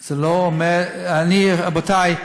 רבותי,